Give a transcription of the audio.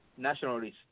Nationalists